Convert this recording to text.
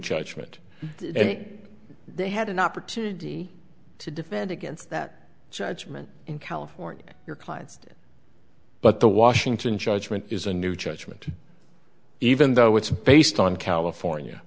judgment and they had an opportunity to defend against that judgment in california your clients did but the washington judgment is a new judgment even though it's based on california